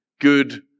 good